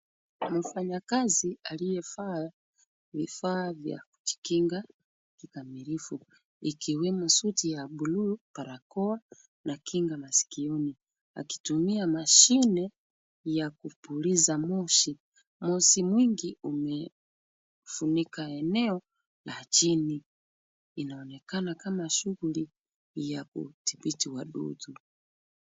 Mfanyikazi aliyevaa vifaa vya kujikinga kikamilifu, ikiwemo suti ya bluu, barakoa na kinga maskioni. Akitumia mashine ya kupuliza moshi. Moshi mwingi umefunika eneo la chini. Inaonekana kama shughuli ya kudhibiti wadudu.